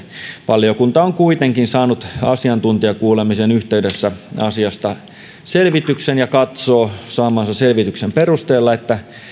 valiokunta on kuitenkin saanut asiantuntijakuulemisen yhteydessä asiasta selvityksen ja katsoo saamansa selvityksen perusteella että